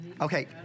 Okay